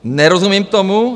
Nerozumím tomu.